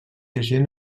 agent